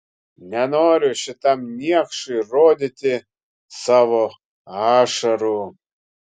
nenoriu šitam niekšui rodyti savo ašarų